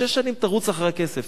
שש שנים תרוץ אחרי הכסף,